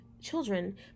children